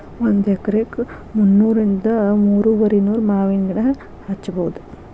ಒಂದ ಎಕರೆಕ ಮುನ್ನೂರಿಂದ ಮೂರುವರಿನೂರ ಮಾವಿನ ಗಿಡಾ ಹಚ್ಚಬೌದ